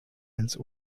ins